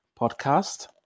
podcast